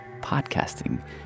podcasting